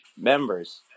members